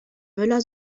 möller